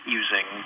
using